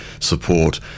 support